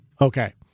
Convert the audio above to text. okay